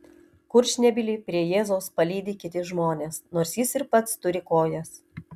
kurčnebylį prie jėzaus palydi kiti žmonės nors jis ir pats turi kojas